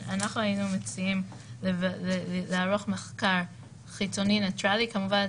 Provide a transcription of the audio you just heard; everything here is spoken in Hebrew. אנחנו היינו מציעים לערוך מחקר חיצוני נייטרלי כמובן,